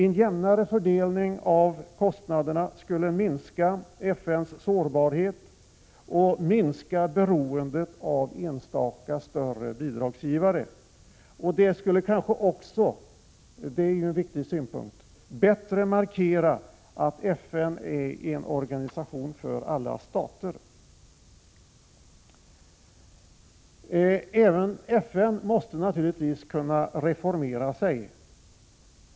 En jämnare fördelning av kostnaderna skulle minska FN:s sårbarhet och beroende av enstaka större bidragsgivare. Det skulle kanske också bättre markera att FN är en organisation för alla stater — det är en viktig synpunkt. Även FN måste naturligtvis kunna reformeras.